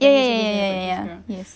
ya ya ya ya ya ya yes